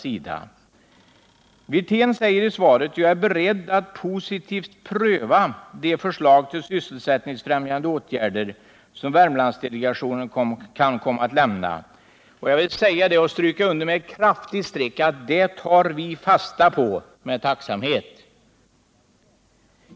Rolf Wirtén säger i sitt svar: ”Jag är beredd att positivt pröva de förslag till sysselsättningsfrämjande åtgärder delegationen kan komma att lämna.” Jag vill med ett kraftigt streck stryka under att vi med tacksamhet tar fasta på detta.